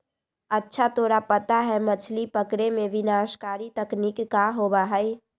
अच्छा तोरा पता है मछ्ली पकड़े में विनाशकारी तकनीक का होबा हई?